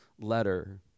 letter